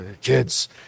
Kids